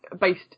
based